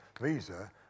visa